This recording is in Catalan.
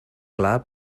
clar